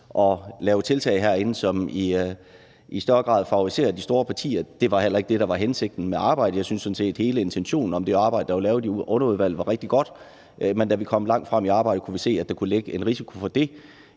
at lave tiltag herinde, som i større grad favoriserer de store partier. Det var heller ikke det, der var hensigten med arbejdet; jeg synes sådan set, at hele intentionen med det arbejde, der blev lavet i underudvalget, var rigtig god, men da vi kom langt frem i arbejdet, kunne vi se, at der kunne være en risiko for det,